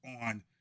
on